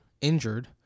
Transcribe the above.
Injured